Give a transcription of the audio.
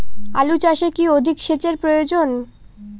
আলু চাষে কি অধিক সেচের প্রয়োজন?